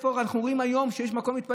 מאחר שאנחנו מאמינים שאין שום שלטון